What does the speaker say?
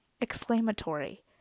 exclamatory